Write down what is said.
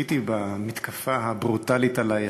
צפיתי במתקפה הברוטלית עלייך,